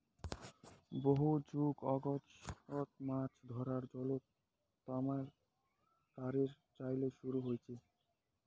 বহু যুগ আগত মাছ ধরার জালত তামার তারের চইল শুরু হইচে